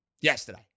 yesterday